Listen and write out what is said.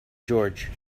george